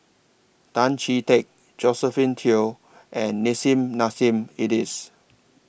Tan Chee Teck Josephine Teo and Nissim Nassim Adis